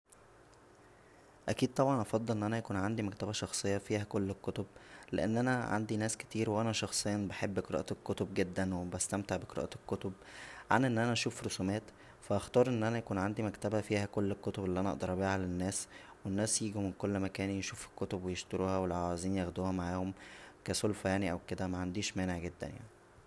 اكيد طبعا هفضل ان انا يكون عندى مكتبه شخصيه فيها كل الكتب لان انا عندى ناس كتير وانا شخصيا بحب قراءة الكتب جدا وبستمتع بقراءة الكتب عن ان انا اشوف رسومات فا هختار ان انا يكون عندى مكتبه فيها كل الكتب اللى انا اقدر ابيعها للناس و الناس ييجو من كل مكان يشوفو كتب و يشتروها ولو عاوزين ياخدوها معاهم كا سلفه يعنى او كدا معنديش مانع جدا يعنى